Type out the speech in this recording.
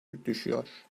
düşüyor